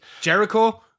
Jericho